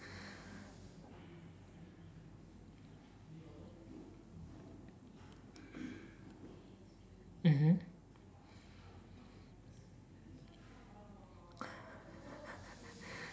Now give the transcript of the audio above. mmhmm